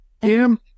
Kim